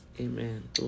amen